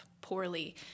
poorly